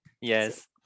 Yes